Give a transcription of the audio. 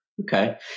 Okay